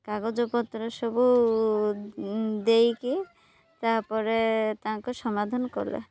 କାଗଜପତ୍ର ସବୁ ଦେଇକି ତାପରେ ତାଙ୍କ ସମାଧାନ କଲେ